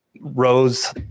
rose